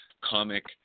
comic